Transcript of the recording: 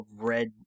red